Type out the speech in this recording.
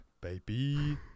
baby